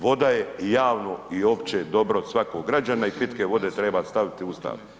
Vod je javno i opće dobro svakog građana i pitke vode treba staviti u Ustav.